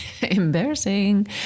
Embarrassing